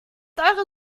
eure